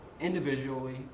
individually